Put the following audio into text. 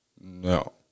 No